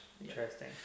Interesting